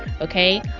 okay